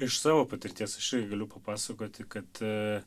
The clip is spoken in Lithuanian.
iš savo patirties aš irgi galiu papasakoti kad